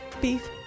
Beef